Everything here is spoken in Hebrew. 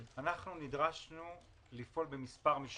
אנחנו נדרשנו לפעול במספר מישורים.